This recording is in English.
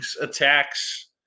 attacks